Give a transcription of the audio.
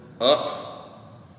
up